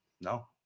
No